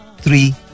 three